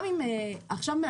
גם עכשיו,